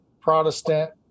Protestant